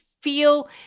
feel